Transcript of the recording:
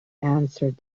answered